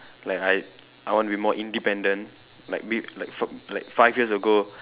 like I I want to be more independent like be like fi like five years ago